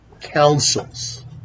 councils